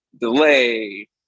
delay